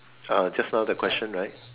ah just now that's question right